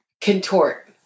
contort